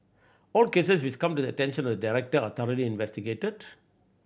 all cases which come to attention of the director are thoroughly investigated